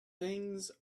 things